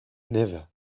never